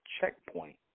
checkpoint